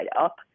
up